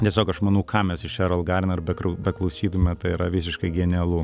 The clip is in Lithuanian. tiesiog aš manau ką mes iš erol garner be krau beklausytume tai yra visiškai genialu